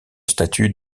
statut